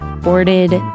boarded